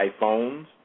iPhones